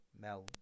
mel